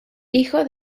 hijo